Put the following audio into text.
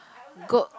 go